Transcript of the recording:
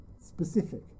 specific